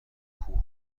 کوه